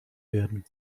werden